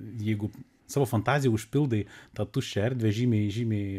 jeigu savo fantazija užpildai tą tuščią erdvę žymiai žymiai